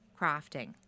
crafting